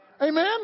Amen